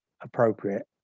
appropriate